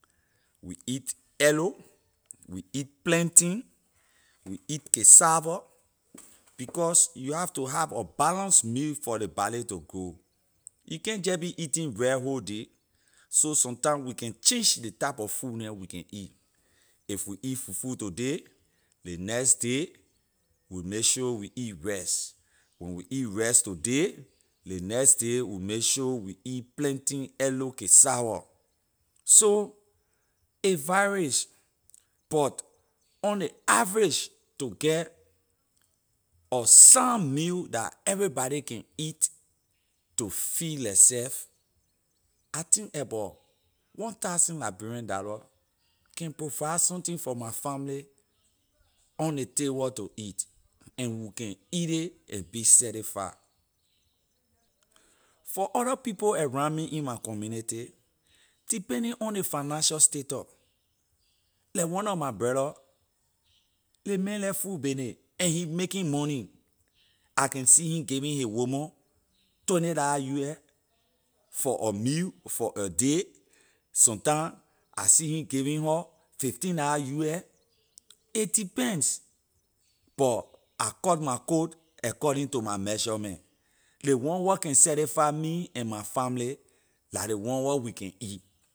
We eat eddo we eat plantain we eat cassava because you have to have a balance meal for ley body to grow you can’t jeh be eating rice whole day so sometime we can change ley type of food neh we can eat if we eat fufu today ley next day we will make sure we eat rice when we eat rice today ley next day we make sure we eat plantain eddo cassawor so it varies on ley average to get a sound meal dah everybody can eat to feed lehself I think abor one thousand liberian dollar can provide something for my family on ley table to eat and we can eat ley and be satisfy for other people around me in my community depending on ley financial status leh one nor my brother ley man like food baney and he making money I can see him giving his woman twenty la us for a meal for a day sometime I see him giving her fifteen la us it depends but I cut my coat according to my measurement ley one wor can satisfy me and my family la ley one where we can eat